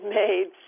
made